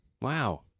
Wow